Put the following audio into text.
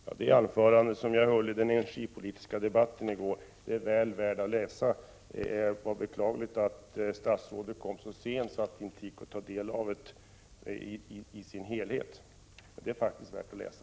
Herr talman! Det anförande som jag höll i den energipolitiska debatten i går är väl värt att läsa. Det är bara beklagligt att statsrådet kom så sent att hon inte kunde ta del av anförandet i dess helhet. Anförandet är emellertid, som jag nyss sade, värt att läsa.